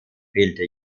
fehlte